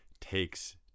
takes